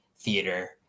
theater